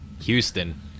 Houston